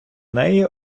неї